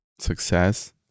success